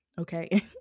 Okay